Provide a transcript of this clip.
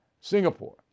Singapore